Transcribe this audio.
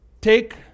Take